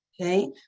okay